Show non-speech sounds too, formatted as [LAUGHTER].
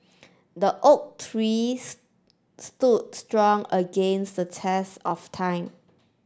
the oak tree [UNINTELLIGIBLE] stood strong against the test of time